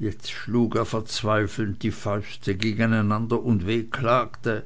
jetzt schlug er verzweifelnd die fäuste gegeneinander und wehklagte